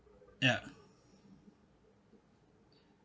ya